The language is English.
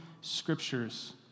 scriptures